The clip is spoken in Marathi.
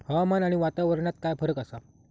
हवामान आणि वातावरणात काय फरक असा?